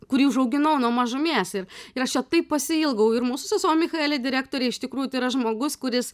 kurį užauginau nuo mažumės ir ir aš jo taip pasiilgau ir mūsų sesuo michaelė direktorė iš tikrųjų tai yra žmogus kuris